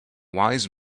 wise